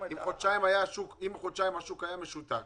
אם חודשיים השוק היה משותק